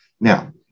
Now